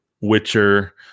Witcher